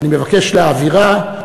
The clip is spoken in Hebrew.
אני מבקש להעבירה.